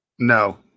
No